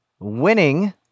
Winning